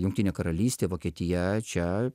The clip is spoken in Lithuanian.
jungtinė karalystė vokietija čia